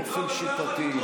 באופן שיטתי,